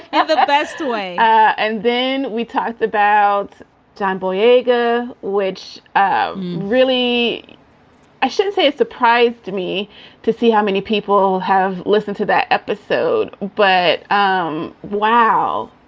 the best way. and then we talked about john boyega, which really i shouldn't say surprised me to see how many people have listen to that episode. but, um wow,